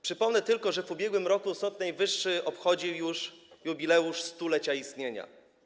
Przypomnę tylko, że w ubiegłym roku Sąd Najwyższy obchodził już jubileusz 100-lecia istnienia.